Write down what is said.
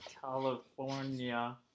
California